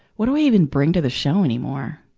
what do i even bring to the show anymore?